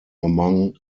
among